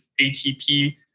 ATP